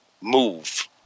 move